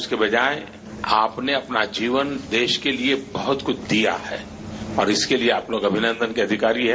उसके बजाय आपने अपना जीवन देश के लिये बहुत कुछ दिया है और इसके लिये आप लोग अभिनन्दन के अधिकारी हैं